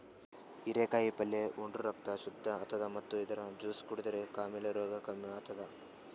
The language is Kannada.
ಹಿರೇಕಾಯಿ ಪಲ್ಯ ಉಂಡ್ರ ರಕ್ತ್ ಶುದ್ದ್ ಆತದ್ ಮತ್ತ್ ಇದ್ರ್ ಜ್ಯೂಸ್ ಕುಡದ್ರ್ ಕಾಮಾಲೆ ರೋಗ್ ಕಮ್ಮಿ ಆತದ್